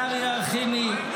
לשרי רחימי,